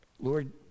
Lord